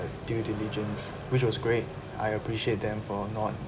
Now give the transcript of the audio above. due diligence which was great I appreciate them for not